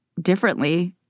differently